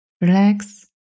Relax